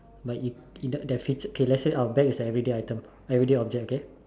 but it it the feature okay let's say our bag is a everyday item everyday object okay